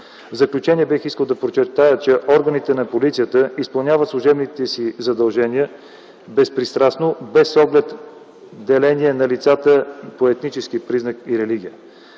заключение бих искал да подчертая, че органите на полицията изпълняват служебните си задължения безпристрастно, без оглед деление на лицата по етнически признак и религия.